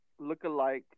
lookalike